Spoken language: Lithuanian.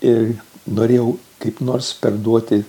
ir norėjau kaip nors perduoti